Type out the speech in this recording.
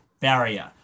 barrier